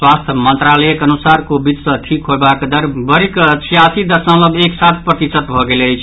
स्वास्थ्य मंत्रालयक अनुसार कोविड सँ ठीक होयबाक दर बढ़िकऽ छियासी दशमलव एक सात प्रतिशत भऽ गेल अछि